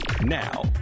now